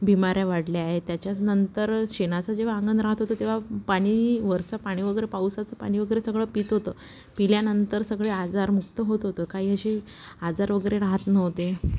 बिमाऱ्या वाढल्या आहेत त्याच्याचनंतर शेणाचं जेंव्हा अंगण राहत होतं तेव्हा पाणी वरचं पाणी वगरे पावसाचं पाणी वगैरे सगळं पित होतं पिल्यानंतर सगळे आजारमुक्त होत होते काही अशीे आजार वगैरे राहत नव्हते